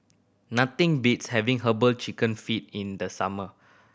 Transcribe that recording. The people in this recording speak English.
nothing beats having Herbal Chicken Feet in the summer